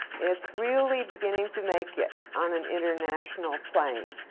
it's really beginning to make it on an international plane.